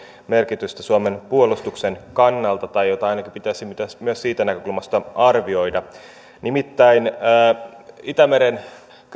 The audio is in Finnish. merkitystä suomen puolustuksen kannalta tai jota ainakin pitäisi myös siitä näkökulmasta arvioida nimittäin itämeren